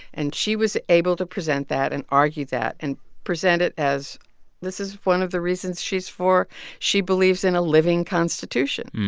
and she was able to present that and argue that and present it as this is one of the reasons she's for she believes in a living constitution.